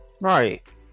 Right